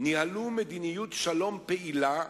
ניהלו מדיניות שלום פעילה,